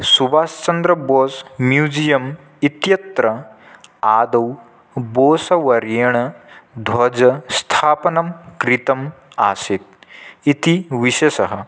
Subhash Chandra Bose museum इत्यत्र आदौ बोसवर्येण ध्वजस्थापनं कृतम् आसीत् इति विशेषः